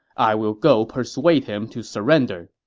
i will go persuade him to surrender.